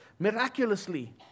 miraculously